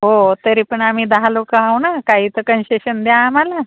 हो तरी पण आम्ही दहा लोक आहोत ना काही तर कन्शेशन द्या आम्हाला